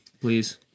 please